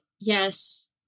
yes